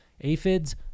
Aphids